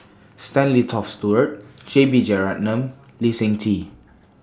Stanley Toft Stewart J B Jeyaretnam and Lee Seng Tee